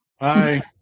Hi